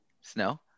Snow